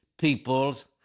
People's